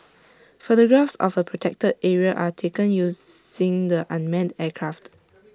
photographs of A protected area are taken using the unmanned aircraft